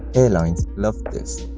airlines loved this.